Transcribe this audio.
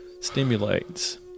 stimulates